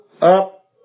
up